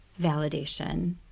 Validation